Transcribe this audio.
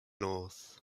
north